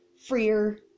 freer